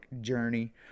journey